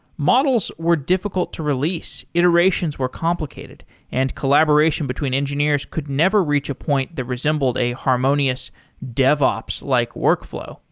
models were difficult to release. iterations were complicated and collaboration between engineers could never reach a point that resembled a harmonious devops-like workflow.